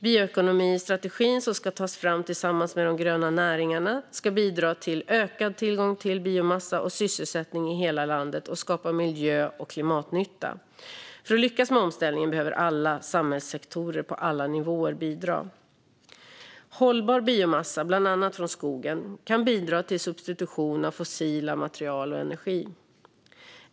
Bioekonomistrategin, som ska tas fram tillsammans med de gröna näringarna, ska bidra till ökad tillgång till biomassa och sysselsättning i hela landet och skapa miljö och klimatnytta. För att lyckas med omställningen behöver alla samhällssektorer på alla nivåer bidra. Hållbar biomassa, bland annat från skogen, kan bidra till substitution av fossila material och energi.